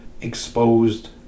exposed